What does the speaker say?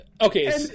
okay